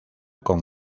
con